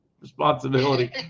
responsibility